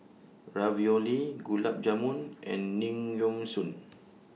Ravioli Gulab Jamun and